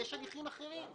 יש הליכים אחרים.